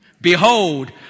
behold